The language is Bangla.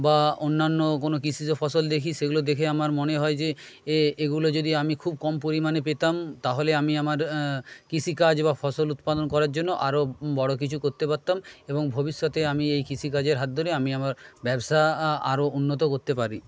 বা অন্যান্য কোনো কৃষিজ ফসল দেখি সেগুলো দেখে আমার মনে হয় যে এ এগুলো যদি আমি খুব কম পরিমাণে পেতাম তাহলে আমি আমার কৃষিকাজ বা ফসল উৎপাদন করার জন্য আরও বড়ো কিছু করতে পারতাম এবং ভবিষ্যতে আমি এই কৃষিকাজের হাত ধরে আমি আমার ব্যবসা আরও উন্নত করতে পারি